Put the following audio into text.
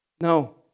No